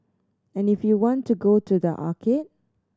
and if you want to go to the arcade